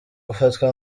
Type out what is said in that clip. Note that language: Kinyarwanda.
gufatwa